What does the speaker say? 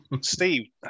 Steve